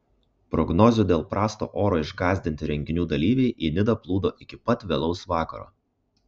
prognozių dėl prasto oro išgąsdinti renginių dalyviai į nidą plūdo iki pat vėlaus vakaro